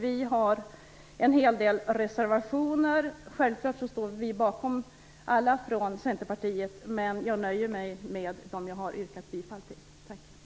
Vi har en hel del reservationer. Vi står självfallet bakom alla reservationer från Centerpartiet, men jag nöjer mig med att yrka bifall till dem som jag redan har nämnt.